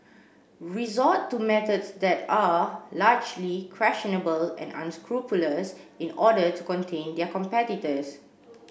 resort to methods that are largely questionable and unscrupulous in order to contain their competitors